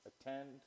attend